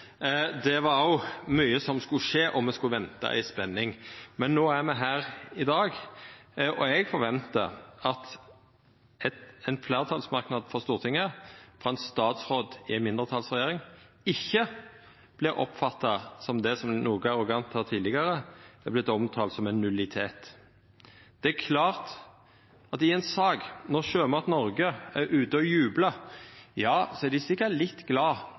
Der var det òg mykje som skulle skje, og me skulle venta i spenning. Men no er me her i dag, og eg forventar at ein fleirtalsmerknad frå Stortinget til en statsråd i ei mindretalsregjering ikkje vert oppfatta som det som noko arrogant her tidlegare har vorte omtala som ein nullitet. Det er klårt at når Sjømat Norge er ute og jublar, er dei sikkert litt